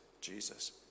Jesus